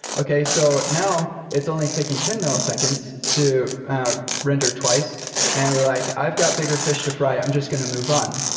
okay, so now it's only taking ten milliseconds to render twice and we're like, i've got bigger fish to fry. i'm just going to move on.